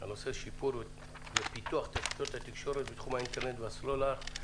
על סדר היום שיפור ופיתוח תשתיות התקשורת בתחום האינטרנט והסלולר.